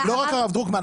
לא רק הרב דרוקמן.